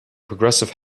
progressive